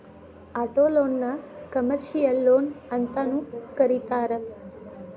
ಆಟೊಲೊನ್ನ ಕಮರ್ಷಿಯಲ್ ಲೊನ್ಅಂತನೂ ಕರೇತಾರ